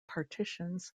partitions